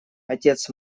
отец